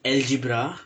algebra